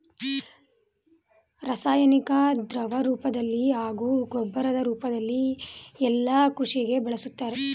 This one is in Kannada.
ರಾಸಾಯನಿಕನ ದ್ರವರೂಪ್ದಲ್ಲಿ ಹಾಗೂ ಗೊಬ್ಬರದ್ ರೂಪ್ದಲ್ಲಿ ಯಲ್ಲಾ ಕೃಷಿಗೆ ಬಳುಸ್ತಾರೆ